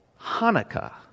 Hanukkah